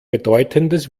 bedeutendes